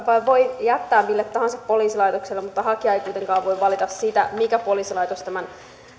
voi siis jättää mille tahansa poliisilaitokselle mutta hakija ei kuitenkaan voi valita sitä mikä poliisilaitos tämän